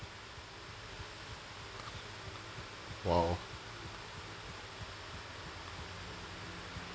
!wow!